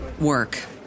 work